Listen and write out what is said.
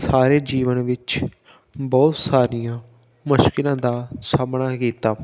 ਸਾਰੇ ਜੀਵਨ ਵਿੱਚ ਬਹੁਤ ਸਾਰੀਆਂ ਮੁਸ਼ਕਿਲਾਂ ਦਾ ਸਾਹਮਣਾ ਕੀਤਾ